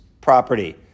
property